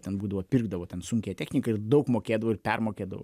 ten būdavo pirkdavo ten sunkiąją techniką ir daug mokėdavo ir permokėdavo